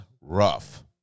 rough